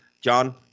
John